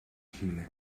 xile